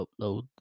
upload